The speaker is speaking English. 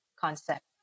concept